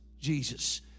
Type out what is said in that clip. Jesus